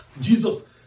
Jesus